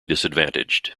disadvantaged